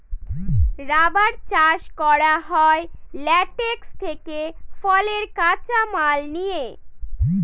rubber চাষ করা হয় ল্যাটেক্স থেকে ফলের কাঁচা মাল নিয়ে